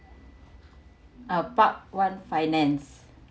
uh part one finance